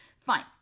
Fine